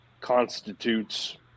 constitutes